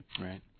Right